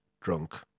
drunk